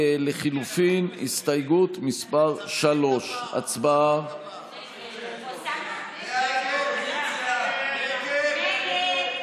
לחלופין זאת הסתייגות 3. ההסתייגות לחלופין של חברי הכנסת יאיר לפיד,